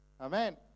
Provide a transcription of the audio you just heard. Amen